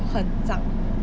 很胀